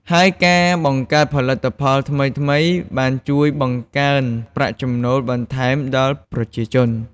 ហើយការបង្កើតផលិតផលថ្មីៗបានជួយបង្កើនប្រាក់ចំណូលបន្ថែមដល់ប្រជាជន។